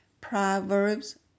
Proverbs